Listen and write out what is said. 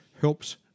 helps